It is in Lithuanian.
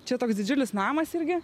čia toks didžiulis namas irgi